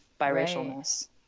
biracialness